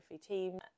team